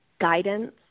guidance